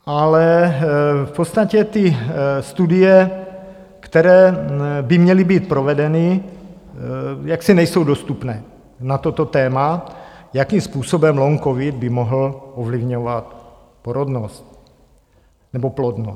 Ale v podstatě ty studie, které by měly být provedeny, jaksi nejsou dostupné na toto téma, jakým způsobem long covid by mohl ovlivňovat porodnost nebo plodnost.